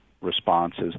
responses